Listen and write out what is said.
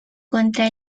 contra